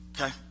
Okay